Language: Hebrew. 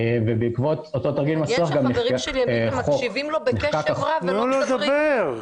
-- יש חברים שמקשיבים לו בקשב רב ולא --- תני לו לדבר.